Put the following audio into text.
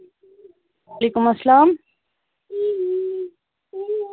وعلیکُم اسلام